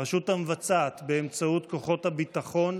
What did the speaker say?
הרשות המבצעת, באמצעות כוחות הביטחון,